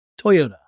Toyota